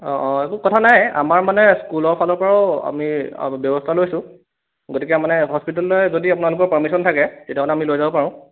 অঁ অঁ একো কথা নাই আমাৰ মানে স্কুলৰ ফালৰ পৰাও আমি অলপ ব্যৱস্থা লৈছোঁ গতিকে মানে হস্পিটেললৈ যদি আপোনালোকৰ পাৰ্মিচন থাকে তেতিয়াহ'লে আমি লৈ যাব পাৰোঁ